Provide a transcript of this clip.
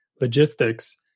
logistics